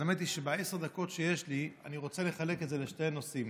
האמת היא שאת עשר הדקות שיש לי אני רוצה לחלק לשתי נושאים.